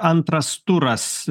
antras turas